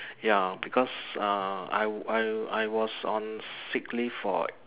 ya because uh I I I was on sick leave for